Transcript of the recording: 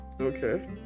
okay